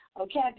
okay